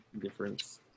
Difference